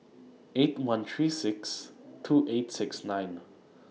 eight one three six two eight six nine